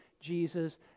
jesus